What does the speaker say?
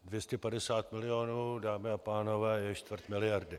Dvě stě padesát milionů, dámy a pánové, je čtvrt miliardy.